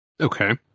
Okay